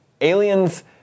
aliens